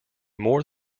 more